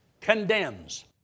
condemns